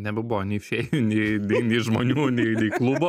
nebebuvo nei fėjų nei nei nei žmonių nei nei klubo